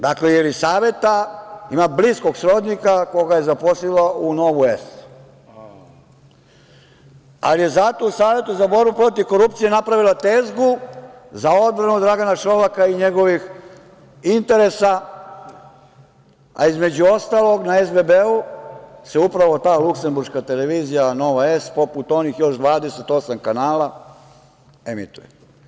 Dakle, Jelisaveta ima bliskog srodnika koga je zaposlila u "Novu S", ali je zato u Savetu za borbu protiv korupcije napravila tezgu za odbranu Dragana Šolaka i njegovih interesa, a između ostalog na SBB-u se upravo ta luksemburška televizija "Nova S", poput onih još 28 kanala, emituje.